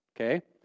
Okay